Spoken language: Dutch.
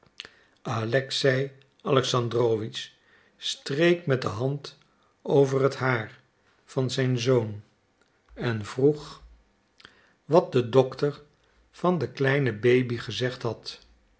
alexei alexandrowitsch streek met de hand over het haar van zijn zoon en vroeg wat de dokter van de kleine baby gezegd had